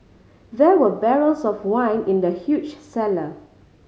there were barrels of wine in the huge cellar